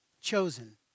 chosen